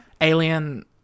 Alien